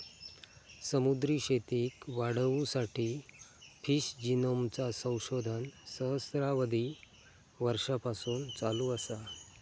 समुद्री शेतीक वाढवुसाठी फिश जिनोमचा संशोधन सहस्त्राबधी वर्षांपासून चालू असा